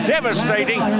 Devastating